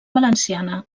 valenciana